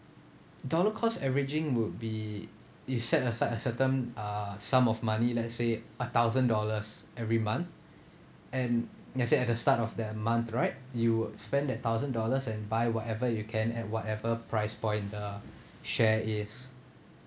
dollar cost averaging would be it set aside a certain uh sum of money let's say a thousand dollars every month and let said at the start of the month right you spend that thousand dollars and buy whatever you can at whatever price point the share is